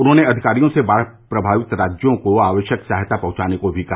उन्होंने अधिकारियों से बाढ़ प्रभावित राज्यों को आवश्यक सहायता पहुंचाने को भी कहा